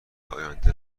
آینده